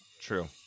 true